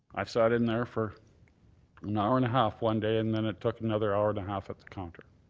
i sat in there for an hour and a half one day, and then it took another hour and a half at the counter.